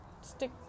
stick